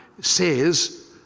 says